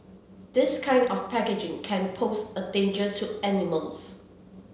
this kind of packaging can pose a danger to animals